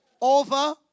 over